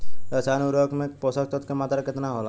रसायनिक उर्वरक मे पोषक तत्व के मात्रा केतना होला?